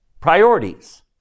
Priorities